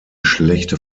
schlechte